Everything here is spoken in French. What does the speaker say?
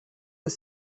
aux